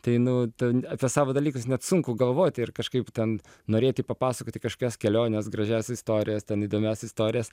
tai nu ten apie savo dalykus net sunku galvoti ir kažkaip ten norėti papasakoti kažkokias keliones gražias istorijas ten įdomias istorijas